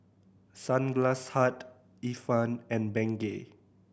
Sunglass Hut Ifan and Bengay